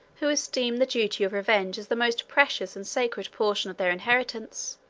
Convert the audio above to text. who esteemed the duty of revenge as the most precious and sacred portion of their inheritance,